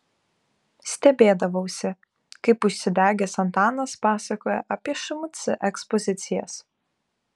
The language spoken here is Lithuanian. stebėdavausi kaip užsidegęs antanas pasakoja apie šmc ekspozicijas